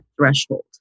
threshold